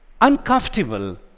uncomfortable